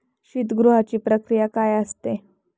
शीतगृहाची प्रक्रिया काय असते?